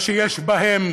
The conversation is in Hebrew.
מה שיש בהם